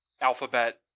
Alphabet